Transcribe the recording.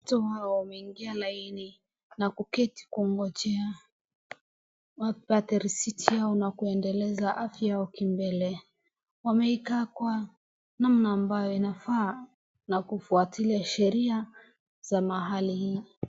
Watu hawa wameingia laini na kuketi kungojea wapate risiti yao na kuendeleza afya yao kimbele. Wameikaa kwa namna ambayo inafaa na kufuatilia sheria za mahali hii.